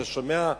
אתה שומע,